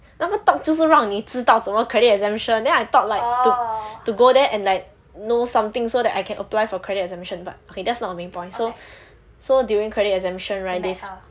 那个 talk 就是让你知道怎么 credit exemption then I thought like to go there and like know something so that I can apply for credit exemption but that's not the main point so so during credit exemption right